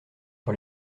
sur